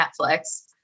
Netflix